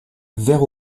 vert